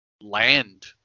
land